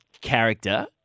character